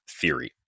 theory